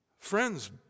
Friends